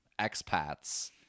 expats